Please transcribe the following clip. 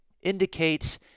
indicates